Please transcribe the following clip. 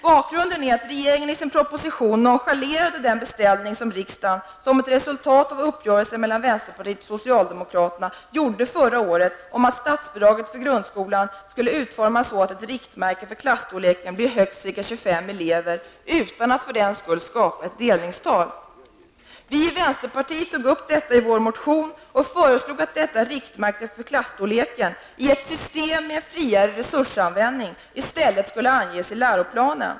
Bakgrunden är att regeringen i sin proposition nonchalerade den beställning som riksdagen, som ett resultat av uppgörelsen mellan vänsterpartiet och socialdemokraterna, gjorde förra året om att statsbidraget för grundskolan skulle utformas så att ett riktmärke för klasstorleken blir högst ca 25 elever utan att för den skull skapa ett delningstal. Vi i vänsterpartiet tog upp detta i vår motion och föreslog att detta riktmärke för klasstorleken, i ett system med friare resursanvändning, i stället skulle anges i läroplanen.